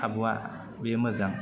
खाबुआ बेयो मोजां